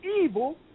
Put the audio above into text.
evil